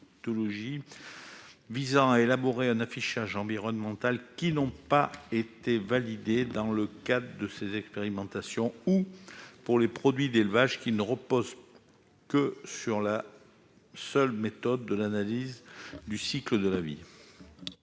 visant à élaborer un affichage environnemental qui n'auraient pas été validées dans le cadre de ces expérimentations ou pour les produits d'élevage qui reposent sur la seule méthode de l'analyse du cycle de vie.